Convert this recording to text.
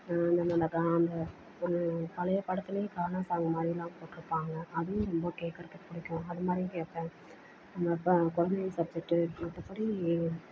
அந்த ஒரு பழைய படத்துலேயே கானா சாங்க் மாதிரிலாம் போட்டுருப்பாங்க அதுவும் ரொம்ப கேட்குறத்துக்கு பிடிக்கும் அது மாதிரியும் கேட்பேன் அதான் கொழந்தைங்க சப்ஜெக்ட்டு மற்றபடி